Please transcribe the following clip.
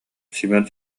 семен